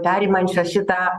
perimančios šitą